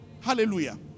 Hallelujah